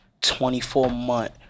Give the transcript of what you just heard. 24-month